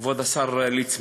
כבוד השר ליצמן,